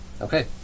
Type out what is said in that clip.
Okay